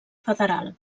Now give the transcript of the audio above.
federal